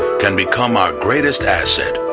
can become our greatest asset.